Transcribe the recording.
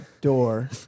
door